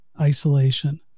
isolation